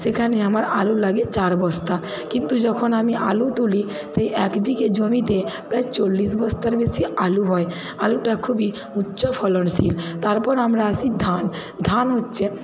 সেখানে আমার আলু লাগে চার বস্তা কিন্তু যখন আমি আলু তুলি সেই এক বিঘে জমিতে প্রায় চল্লিশ বস্তার বেশি আলু হয় আলুটা খুবই উচ্চ ফলনশীল তারপর আমরা আসি ধান ধান হচ্ছে